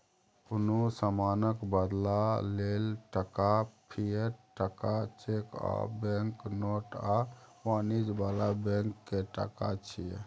कुनु समानक बदला लेल टका, फिएट टका, चैक आ बैंक नोट आ वाणिज्य बला बैंक के टका छिये